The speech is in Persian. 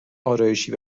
آرایشی